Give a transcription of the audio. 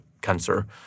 cancer